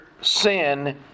sin